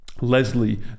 Leslie